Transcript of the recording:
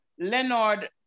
Leonard